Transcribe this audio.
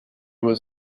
was